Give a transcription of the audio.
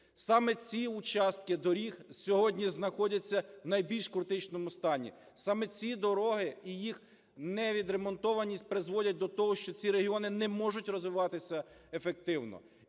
Саме ці участки доріг сьогодні знаходяться в найбільш критичному стані, саме ці дороги і їх невідремонтованість призводять до того, що ці регіони не можуть розвиватися ефективно.